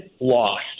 lost